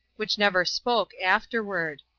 which never spoke afterward.